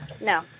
no